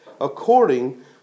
according